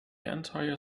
entire